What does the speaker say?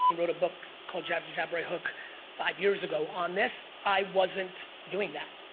um wrote a book, called jab, jab, jab, right hook five years ago on this. i wasn't doing that.